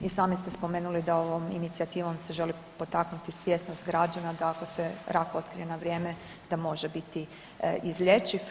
I sami ste spomenuli da ovom inicijativom se želi potaknuti svjesnost građana, da ako se rak otkrije na vrijeme da može biti izlječiv.